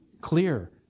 clear